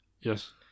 yes